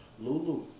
Lulu